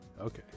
Okay